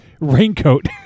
raincoat